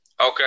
Okay